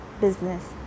business